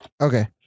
Okay